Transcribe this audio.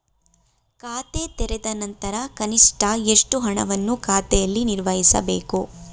ಖಾತೆ ತೆರೆದ ನಂತರ ಕನಿಷ್ಠ ಎಷ್ಟು ಹಣವನ್ನು ಖಾತೆಯಲ್ಲಿ ನಿರ್ವಹಿಸಬೇಕು?